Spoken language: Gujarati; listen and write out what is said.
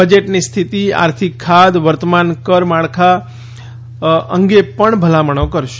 બજેટની સ્થિતિ આર્થિક ખાધ વર્તમાન કર માળખા અંગે પણ ભલામણો કરશે